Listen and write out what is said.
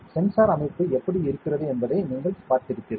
எனவே சென்சார் அமைப்பு எப்படி இருக்கிறது என்பதை நீங்கள் பார்த்திருப்பீர்கள்